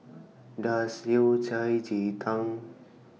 Does Yao Cai Ji Tang